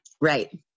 Right